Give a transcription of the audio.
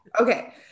Okay